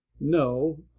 no